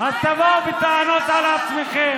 אז תבואו בטענות אל עצמכם.